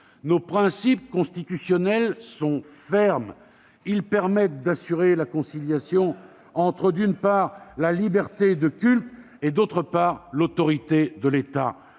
Nos principes constitutionnels sont fermes. Ils permettent d'assurer la conciliation entre, d'une part, la liberté de culte et, d'autre part, l'autorité de l'État.